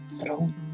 throne